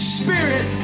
Spirit